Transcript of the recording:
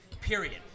period